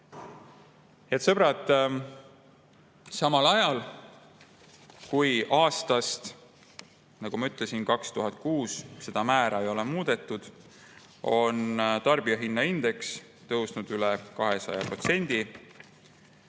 Head sõbrad, samal ajal, kui aastast, nagu ma ütlesin, 2006 seda määra ei ole muudetud, on tarbijahinnaindeks tõusnud üle 200%,